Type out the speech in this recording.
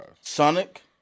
Sonic